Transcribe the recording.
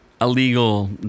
Illegal